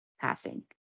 passing